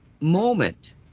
moment